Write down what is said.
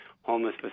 homeless